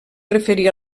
referir